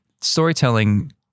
storytelling